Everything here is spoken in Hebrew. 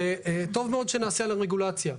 שטוב מאוד שנעשה עליו רגולציה.